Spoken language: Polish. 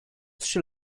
trzy